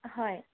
হয়